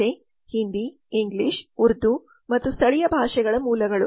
ಭಾಷೆ ಹಿಂದಿ ಇಂಗ್ಲಿಷ್ ಉರ್ದು ಮತ್ತು ಸ್ಥಳೀಯ ಭಾಷೆಗಳ ಮೂಲಗಳು